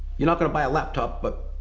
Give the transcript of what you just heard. you're not gonna buy a laptop. but,